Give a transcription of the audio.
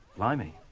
blimey.